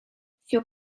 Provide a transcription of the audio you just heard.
für